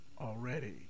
already